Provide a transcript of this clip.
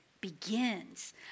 begins